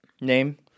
Name